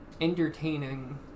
entertaining